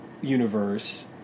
universe